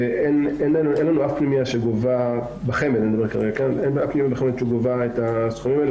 ואין לנו אף פנימייה בחמ"ד שגובה את הסכומים האלה.